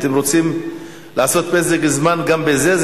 אתם רוצים לעשות פסק זמן גם בזה?